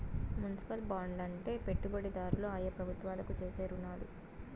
municipal బాండ్లు అంటే పెట్టుబడిదారులు ఆయా ప్రభుత్వాలకు చేసే రుణాలు